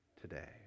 today